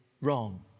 wrong